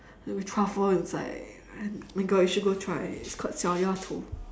with truffle inside and my god you should go try it's called xiao-ya-tou